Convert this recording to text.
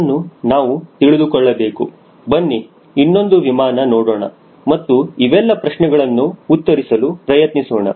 ಇದನ್ನು ನಾವು ತಿಳಿದುಕೊಳ್ಳಬೇಕು ಬನ್ನಿ ನಿನ್ನೊಂದು ವಿಮಾನ ನೋಡೋಣ ಮತ್ತು ಇವೆಲ್ಲ ಪ್ರಶ್ನೆಗಳನ್ನು ಉತ್ತರಿಸಲು ಪ್ರಯತ್ನಿಸೋಣ